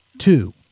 two